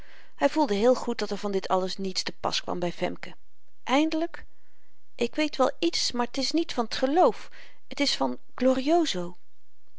hy voelde heel goed dat er van dit alles niets te pas kwam by femke eindelyk ik weet wel iets maar t is niet van t geloof het is van glorioso